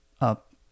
up